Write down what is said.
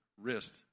wrist